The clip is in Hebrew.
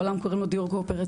בעולם קוראים לו דיור קואופרטיבי.